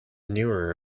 newer